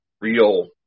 real